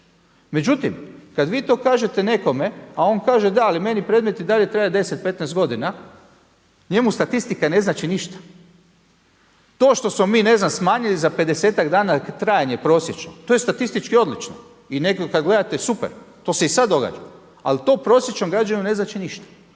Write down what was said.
Međutim, kada vi to kažete nekome, a on kaže da, ali meni predmet i dalje traje 10, 15 godina njemu statistika ne znači ništa. To što smo mi ne znam smanjili za 50-ak dana trajanje prosječno, to je statistički odlično i nekad kada gledate super, to se i sada događa ali to prosječnom građaninu ne znači ništa.